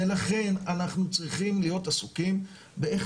ולכן אנחנו צריכים להיות עסוקים באיך